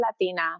Latina